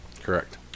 Correct